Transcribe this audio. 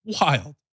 wild